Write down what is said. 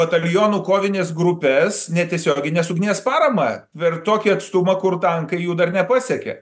batalionų kovines grupes netiesioginės ugnies paramą per tokį atstumą kur tankai jų dar nepasiekė